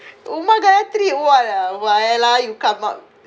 umah gaithry what why lah you come up